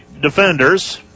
defenders